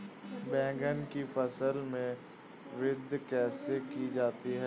बैंगन की फसल में वृद्धि कैसे की जाती है?